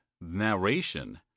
narration